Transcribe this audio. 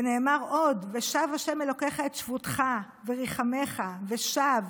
ונאמר עוד: "ושב ה' אלהיך את שבותך וְרִחֲמךָ ושב